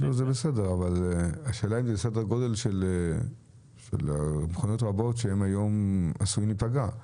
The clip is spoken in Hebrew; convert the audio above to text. אבל השאלה היא אם זה בסדר גודל של מכוניות רבות שעשויות להיפגע?